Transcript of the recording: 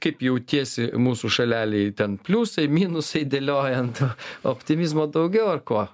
kaip jautiesi mūsų šalelėj ten pliusai minusai dėliojant optimizmo daugiau ar ko